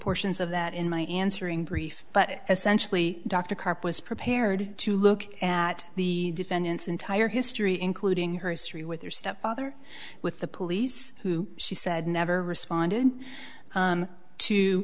portions of that in my answering brief but as sensually dr karp was prepared to look at the defendant's entire history including her history with her stepfather with the police who she said never responded to two